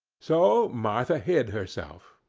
so martha hid herself,